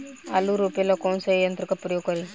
आलू रोपे ला कौन सा यंत्र का प्रयोग करी?